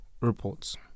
Reports